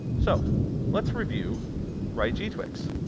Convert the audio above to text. so let's review right g-twix.